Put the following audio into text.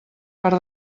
per